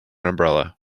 umbrella